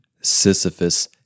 Sisyphus